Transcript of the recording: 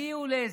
תגיעו להסדר.